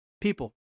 people